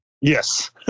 yes